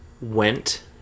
went